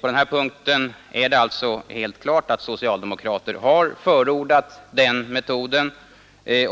På den här punkten är det alltså helt klart att socialdemokrater har förordat den metoden.